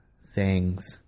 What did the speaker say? sayings